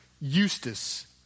eustace